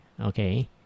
okay